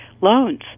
loans